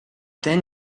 then